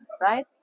right